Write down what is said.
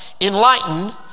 Enlightened